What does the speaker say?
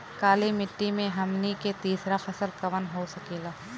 काली मिट्टी में हमनी के तीसरा फसल कवन हो सकेला?